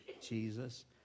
Jesus